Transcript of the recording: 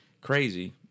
Crazy